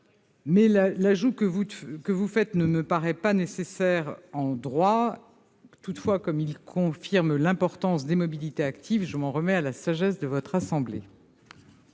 vol. L'ajout que vous proposez ne me paraît pas nécessaire en droit. Toutefois, comme il confirme l'importance des mobilités actives, je m'en remets à la sagesse du Sénat.